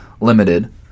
limited